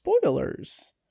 spoilers